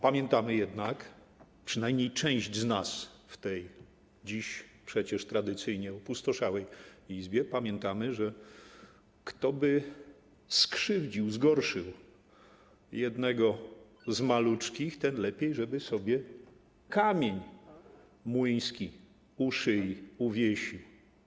Pamiętamy jednak - przynajmniej część z nas w tej dziś tradycyjnie opustoszałej Izbie pamięta - że kto by skrzywdził, zgorszył jednego z maluczkich, ten lepiej, żeby sobie kamień młyński u szyi uwiesił.